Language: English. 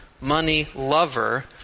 money-lover